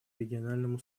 региональному